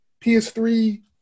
PS3